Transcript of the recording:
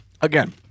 again